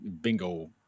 bingo